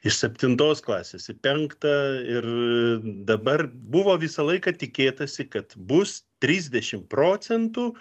iš septintos klasės į penktą ir dabar buvo visą laiką tikėtasi kad bus trisdešimt procentų